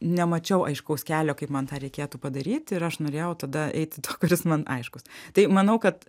nemačiau aiškaus kelio kaip man tą reikėtų padaryt ir aš norėjau tada eiti tuo kuris man aiškus tai manau kad